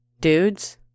Dudes